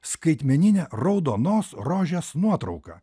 skaitmeninė raudonos rožės nuotrauka